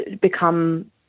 become